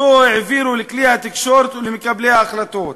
שאותו העבירו לכלי התקשורת ולמקבלי ההחלטות.